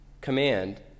command